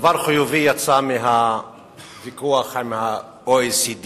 דבר חיובי יצא מהוויכוח עם ה-OECD,